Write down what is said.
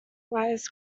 wires